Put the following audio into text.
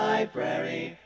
Library